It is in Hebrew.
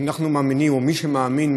מי שמאמין,